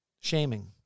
shaming